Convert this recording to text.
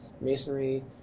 masonry